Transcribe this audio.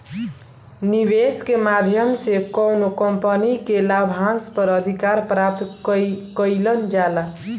निवेस के माध्यम से कौनो कंपनी के लाभांस पर अधिकार प्राप्त कईल जाला